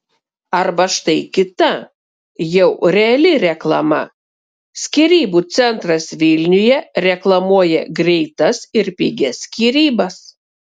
arba štai kita jau reali reklama skyrybų centras vilniuje reklamuoja greitas ir pigias skyrybas